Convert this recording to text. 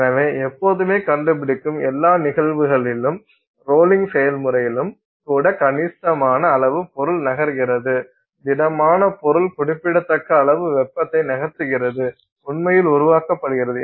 எனவே எப்போதுமே கண்டுபிடிக்கும் எல்லா நிகழ்வுகளிலும் ரோலிங் செயல்முறையிலும் கூட கணிசமான அளவு பொருள் நகர்கிறது திடமான பொருள் குறிப்பிடத்தக்க அளவு வெப்பத்தை நகர்த்துகிறது உண்மையில் உருவாக்கப்படுகிறது